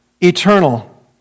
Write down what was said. eternal